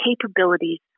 capabilities